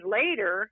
later